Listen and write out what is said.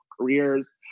careers